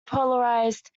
polarized